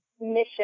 mission